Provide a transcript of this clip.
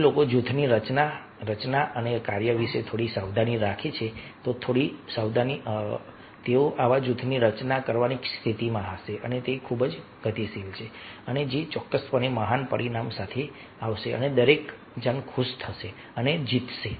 જો લોકો જૂથની રચના રચના અને કાર્ય વિશે થોડી સાવધાની રાખે થોડી સાવધાની રાખે તો તેઓ આવા જૂથની રચના કરવાની સ્થિતિમાં હશે જે ખૂબ જ ગતિશીલ છે અને જે ચોક્કસપણે મહાન પરિણામ સાથે આવશે અને દરેક જણ ખુશ થશે અને જીતશે